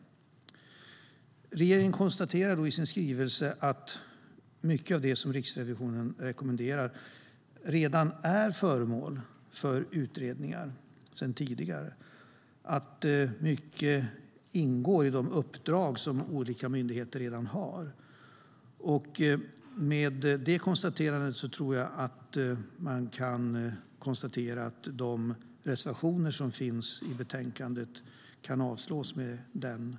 Regeringen konstaterar i sin skrivelse att mycket av det som Riksrevisionen rekommenderar redan är föremål för utredningar sedan tidigare, att mycket ingår i de uppdrag som olika myndigheter redan har. Med den kommentaren kan man nog avslå de reservationer som finns i betänkandet.